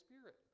Spirit